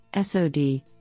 SOD